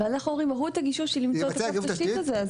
ואנחנו אומרים מהות הגישוש היא למצוא את קו התשתית הזה.